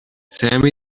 sam